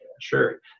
Sure